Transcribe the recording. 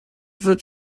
wird